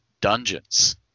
dungeons